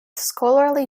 scholarly